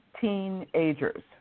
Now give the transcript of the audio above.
teenagers